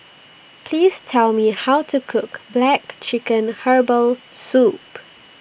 Please Tell Me How to Cook Black Chicken Herbal Soup